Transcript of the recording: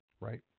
right